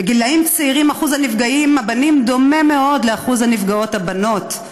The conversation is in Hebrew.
בגילים צעירים אחוז הנפגעים הבנים דומה מאוד לאחוז הנפגעות הבנות,